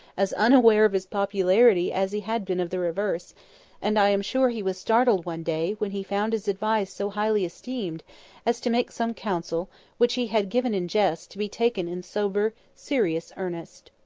as unaware of his popularity as he had been of the reverse and i am sure he was startled one day when he found his advice so highly esteemed as to make some counsel which he had given in jest to be taken in sober, serious earnest.